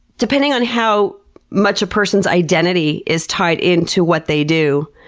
depending on how much a person's identity is tied into what they do,